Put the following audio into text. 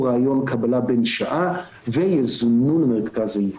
"שומר איתן שיטת סקירה משולבת לאחר חשיפה לקרב,